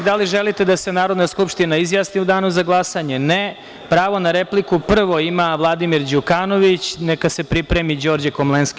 Da li želite da se Narodna skupština izjasni u danu za glasanje? (Ne.) Pravo na repliku prvo ima Vladimir Đukanović, neka se pripremi Đorđe Komlenski.